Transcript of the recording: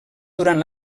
durant